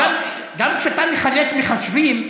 גם כשאתה מחלק מחשבים,